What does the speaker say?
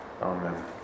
Amen